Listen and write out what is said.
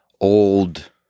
old